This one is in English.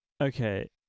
okay